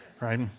Right